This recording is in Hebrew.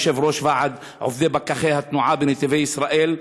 יושב-ראש ועד עובדי פקחי התנועה בנתיבי ישראל,